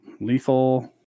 Lethal